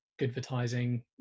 advertising